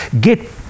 get